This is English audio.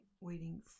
waiting